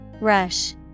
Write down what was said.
Rush